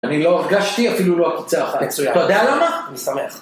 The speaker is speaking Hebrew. אני לא הרגשתי אפילו לא עקיצה אחת. מצוין. אתה יודע למה? אני שמח.